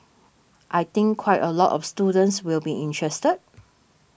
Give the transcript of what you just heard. I think quite a lot of students will be interested